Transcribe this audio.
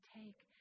take